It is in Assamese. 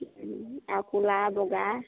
আৰু ক'লা বগা